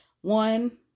One